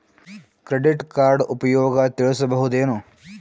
Credit card ಉಪಯೋಗ ತಿಳಸಬಹುದೇನು?